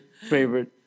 favorite